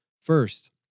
First